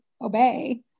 obey